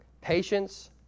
Patience